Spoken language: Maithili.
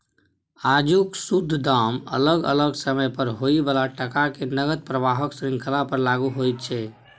आजुक शुद्ध दाम अलग अलग समय पर होइ बला टका के नकद प्रवाहक श्रृंखला पर लागु होइत छै